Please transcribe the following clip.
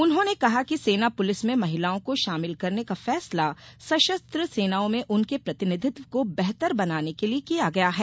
उन्होंने कहा कि सेना पुलिस में महिलाओं को शामिल करने का फैसला सशस्त्र सेनाओं में उनके प्रतिनिधित्व को बेहतर बनाने के लिए किया गया है